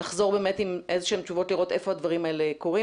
עם איזה שהן תשובות כדי לראות היכן הדברים האלה עומדים.